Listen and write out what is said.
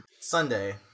Sunday